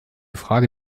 frage